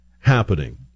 happening